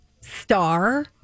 star